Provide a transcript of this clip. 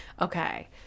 Okay